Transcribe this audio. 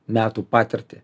metų patirtį